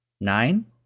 Nine